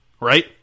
Right